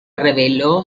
reveló